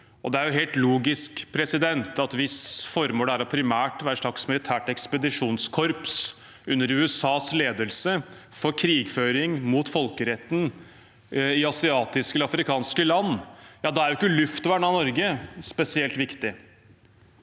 Det er helt logisk at hvis formålet primært er å være et slags militært ekspedisjonskorps under USAs ledelse for krigføring mot folkeretten i asiatiske eller afrikanske land, er ikke luftvern av Norge spesielt viktig.